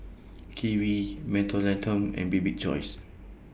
Kiwi Mentholatum and Bibik's Choice